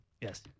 Yes